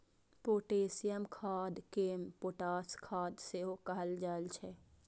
potassium खाद कें potash खाद सेहो कहल जाइ छै